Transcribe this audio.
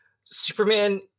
Superman